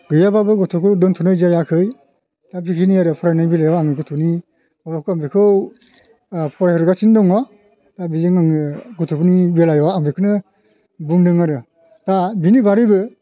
गैयाबाबो गथ'खौ दोनथ'नाय जायाखै दा बिखिनि आरो फरायनाय बेलायाव आं गथ'नि माबाखौ आं बेखौ फराय हरगासिनो दङ दा बेजों आङो गथ'फोरनि बेलायाव आं बेखौनो बुंदों आरो दा बिनि बारैबो